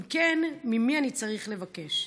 אם כן, ממי אני צריך לבקש?